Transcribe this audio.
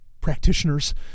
practitioners